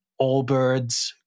Allbirds